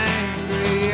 angry